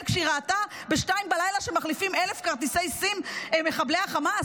כשהיא ראתה ב-02:00 שמחליפים 1,000 כרטיסי סים מחבלי החמאס?